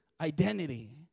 identity